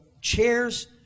chairs